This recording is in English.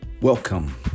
Welcome